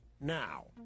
now